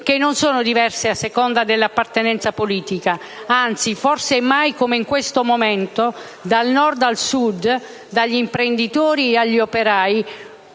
che non sono diverse a seconda dell'appartenenza politica; anzi forse mai come in questo momento, dal Nord al Sud, dagli imprenditori agli operai,